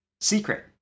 secret